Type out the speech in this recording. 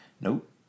Nope